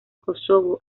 kosovo